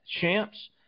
Champs